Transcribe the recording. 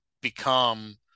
become